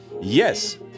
Yes